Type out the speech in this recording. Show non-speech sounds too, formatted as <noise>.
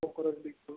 <unintelligible>